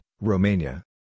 Romania